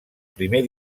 primer